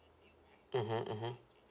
mmhmm mmhmm